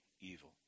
evil